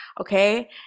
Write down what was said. Okay